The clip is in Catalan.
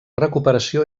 recuperació